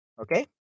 Okay